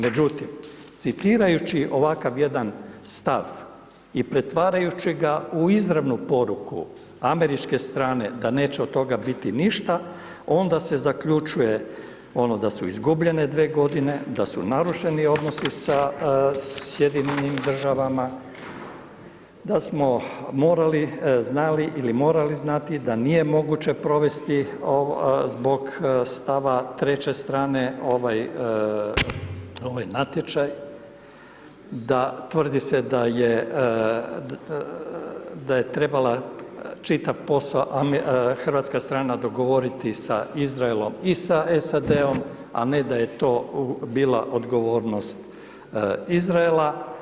Međutim, citirajući ovakav jedan stav i pretvarajući ga u izravnu poruku američke strane da neće od toga biti ništa, onda se zaključuje ono da su izgubljene dve godine, da su narušeni odnosi sa Sjedinjenim državama, da smo morali, znali, ili morali znati da nije moguće provesti ovo zbog stava treće strane, ovaj, ovaj natječaj, da tvrdi se da je, da je trebala čitav pos'o hrvatska strana dogovoriti sa Izraelom i sa SAD-om, a ne da je to bila odgovornost Izraela.